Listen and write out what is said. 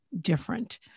different